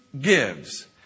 gives